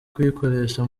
kuyikoresha